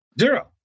Zero